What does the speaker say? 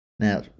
Now